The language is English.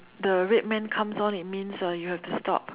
the red man comes on it means uh you have to stop